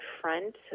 front